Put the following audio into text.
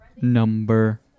number